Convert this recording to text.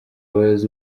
abayobozi